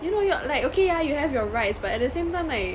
you know you're like okay yeah you have your rights but at the same time like